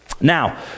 Now